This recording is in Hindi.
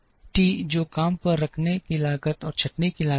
टी जो काम पर रखने की लागत और छंटनी की लागत है